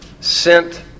sent